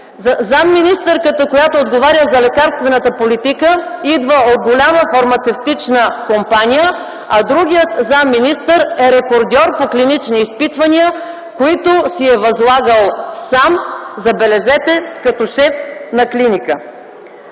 Заместник-министърката, която отговаря за лекарствената политика идва от голяма фармацевтична компания, а другият заместник-министър е рекордьор по клинични изпитвания, който си е възлагал сам – забележете, като шеф на клиника.